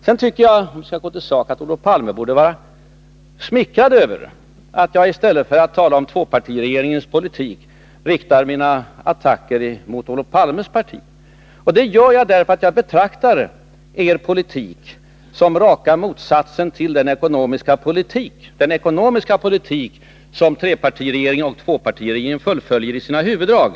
Sedan tycker jag — nu skall jag gå till saken — att Olof Palme borde vara smickrad över att jag i stället för att tala om tvåpartiregeringens politik riktar mina attacker mot Olof Palmes parti. Det gör jag därför att jag betraktar er politik som raka motsatsen till den ekonomiska politik som trepartiregeringen förde och som tvåpartiregeringen fullföljer i sina huvuddrag.